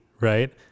right